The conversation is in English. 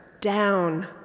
down